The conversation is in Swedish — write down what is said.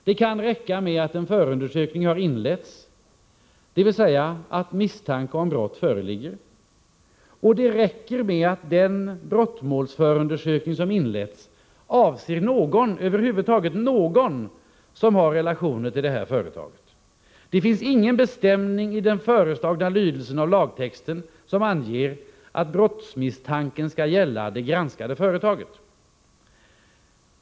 Det kan räcka med att en förundersökning har inletts, dvs. att misstanke om brott föreligger. Och det kan räcka med att den brottmålsförundersökning som inletts avser över huvud taget någon som har relationer till företaget. Det finns ingen bestämning i den föreslagna lydelsen i lagtexten som anger att brottsmisstanken skall gälla det granskade företaget.